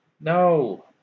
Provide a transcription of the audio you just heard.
No